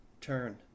turn